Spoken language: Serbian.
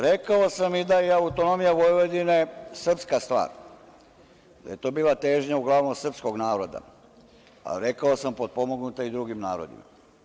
Rekao sam i da je autonomija Vojvodine srpska stvar, da je to bila uglavnom težnja sprskog naroda, a rekao sam potpomognuta i drugim narodima.